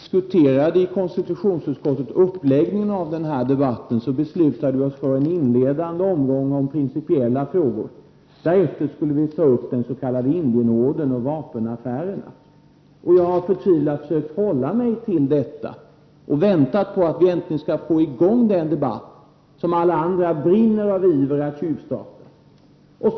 Fru talman! När vi i konstitutionsutskottet diskuterade uppläggningen av den här debatten, beslutade vi oss för en inledande omgång om principiella frågor, och därefter skulle vi ta upp den s.k. Indienordern och vapenaffärerna. Jag har förtvivlat sökt hålla mig till detta och väntat på att vi äntligen skall få i gång den debatt som alla andra brinner av iver att tjuvstarta.